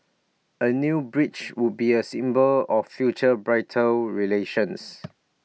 A new bridge would be A symbol of future bilateral relations